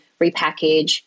repackage